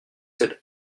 cet